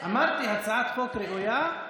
אמרתי, הצעת חוק ראויה.